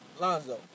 Lonzo